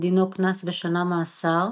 דינו קנס ושנה מאסר.